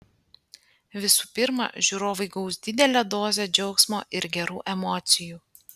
visų pirma žiūrovai gaus didelę dozę džiaugsmo ir gerų emocijų